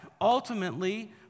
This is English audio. ultimately